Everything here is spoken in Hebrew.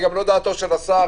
זה גם לא דעתו של השר.